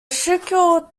schuylkill